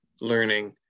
learning